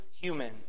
human